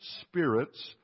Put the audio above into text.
spirits